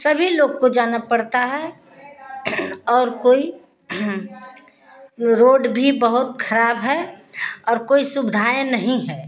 सभी लोग को जाना पड़ता है और कोई रोड भी बहुत खराब है और कोई सुविधाएँ नहीं है